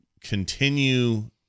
continue